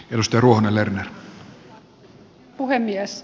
arvoisa herra puhemies